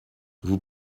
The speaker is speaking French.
vous